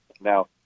Now